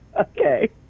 Okay